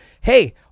hey